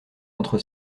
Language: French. entre